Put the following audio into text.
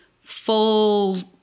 full